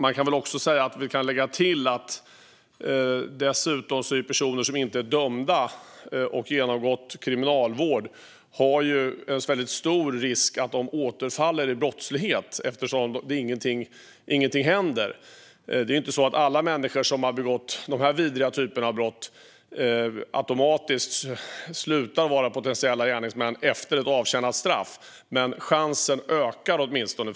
Vi kan lägga till att det är en väldigt stor risk att personer som inte är dömda eller har genomgått kriminalvård återfaller i brottslighet eftersom ingenting händer. Det är inte så att alla människor som har begått den här vidriga typen av brott automatiskt slutar att vara potentiella gärningsmän efter ett avtjänat straff. Men chansen ökar åtminstone.